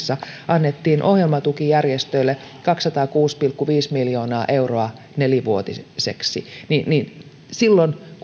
annettiin ohjelmatuki järjestöille kaksisataakuusi pilkku viisi miljoonaa euroa nelivuotiseksi silloin